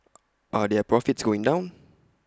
are their profits going down